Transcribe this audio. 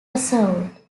assault